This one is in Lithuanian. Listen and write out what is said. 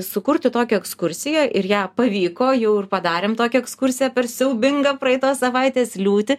sukurti tokią ekskursiją ir ją pavyko jau ir padarėm tokią ekskursiją per siaubingą praeitos savaitės liūtį